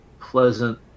pleasant